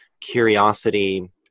curiosity